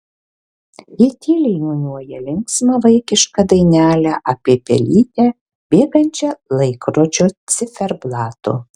ji tyliai niūniuoja linksmą vaikišką dainelę apie pelytę bėgančią laikrodžio ciferblatu